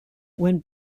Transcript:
when